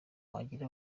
wagira